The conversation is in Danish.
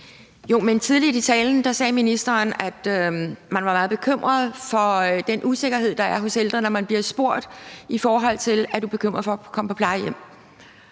Tidligt i talen sagde ministeren, at folk var meget bekymret for den usikkerhed, der er i forhold til at blive ældre, når de blev spurgt, om de var bekymret for at komme på plejehjem,